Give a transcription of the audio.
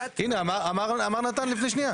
הנה אמר נתן לפני שניה.